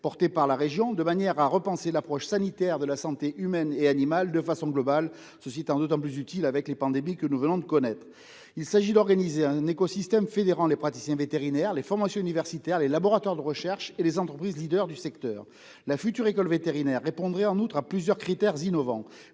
portée par la région, de manière à repenser l'approche sanitaire de la santé humaine et animale de façon globale- c'est d'autant plus utile au regard de la récente pandémie. Il s'agit d'organiser un écosystème fédérant les praticiens vétérinaires, les formations universitaires, les laboratoires de recherche et les entreprises leaders du secteur. La future école vétérinaire serait innovante à plus d'un titre :